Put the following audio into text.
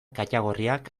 katagorriak